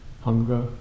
Hunger